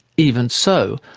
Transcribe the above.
even so,